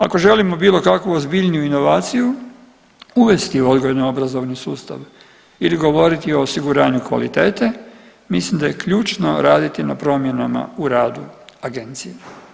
Ako želimo bilo kakvu ozbiljniju inovaciju uvesti u odgojno-obrazovni sustav ili govoriti o osiguranju kvalitete mislim da je ključno raditi na promjena u radu Agencije.